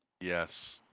Yes